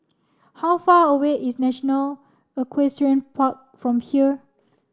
how far away is National Equestrian Park from here